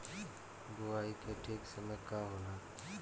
बुआई के ठीक समय का होला?